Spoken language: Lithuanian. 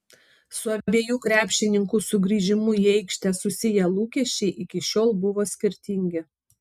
su abiejų krepšininkų sugrįžimu į aikštę susiję lūkesčiai iki šiol buvo skirtingi